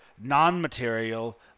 non-material